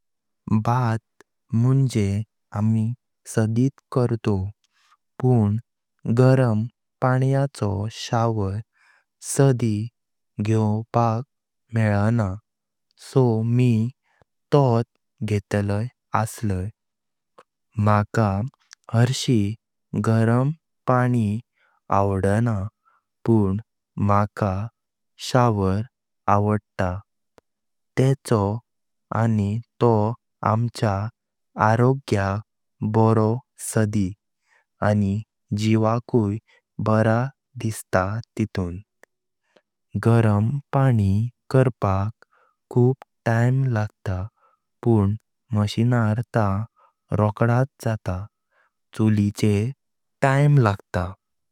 बाथ मं व्यो सोडीत करतोव पण गरम पाण्याचो शॉवर सद्दी घ्योपाक मेलाना सो मी तोत घेतलाय असलै। माका हरशी गरम पाणी आवडना, पण माका शॉवर आवडता तेचो आणी तोह आमच्या आरोग्याक बारो सदी आणि जीवकाय बारा दिसता तेथून। गरम पाणी करपाक खूप टाइम लागतां पण मचिनार तां रोक्हदात खातां चुलिचेर टाइम लागतां।